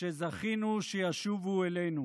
שזכינו שישובו אלינו.